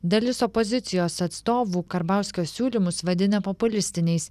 dalis opozicijos atstovų karbauskio siūlymus vadina populistiniais